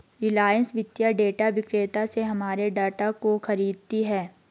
रिलायंस वित्तीय डेटा विक्रेता से हमारे डाटा को खरीदती है